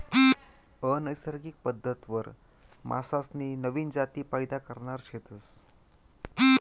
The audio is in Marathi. अनैसर्गिक पद्धतवरी मासासनी नवीन जाती पैदा करणार शेतस